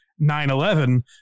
9-11